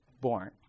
born